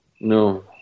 No